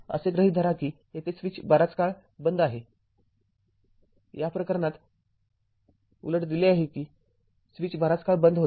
असे गृहीत धरा कि येथे स्विच बराच काळ बंद आहे या प्रकरणात उलट दिले आहे कि स्विच बराच काळ बंद होता